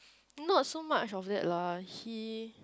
not so much of that lah he